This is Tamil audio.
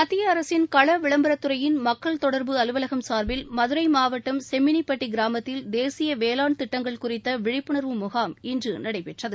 மத்திய அரசின் களவிளம்பரத் துறையின் மக்கள் தொடர்பு அலுவலகம் சார்பில் மதுரை மாவட்டம் செம்மினிப்பட்டி கிராமத்தில் தேசிய வேளாண் திட்டங்கள் குறித்த விழிப்புணர்வு முகாம் இன்று நடைபெற்றது